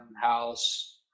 house